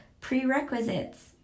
prerequisites